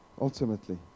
ultimately